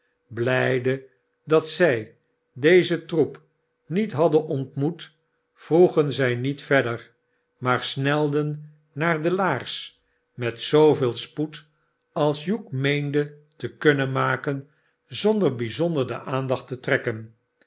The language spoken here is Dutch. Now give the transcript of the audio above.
blijde dat zij dezen troepniet hadden ontmoet vroegen zij niet verder maar snelden naar de laars met zooveel spoed als hugh meende te kunnen maken zonder bijzonder de aandacht te trekken